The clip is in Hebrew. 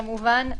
כמובן,